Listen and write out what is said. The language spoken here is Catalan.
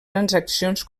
transaccions